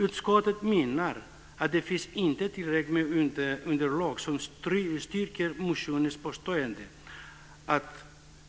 Utskottet menar att det inte finns tillräckligt med underlag som styrker motionens påstående om att